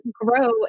grow